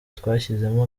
twashyizemo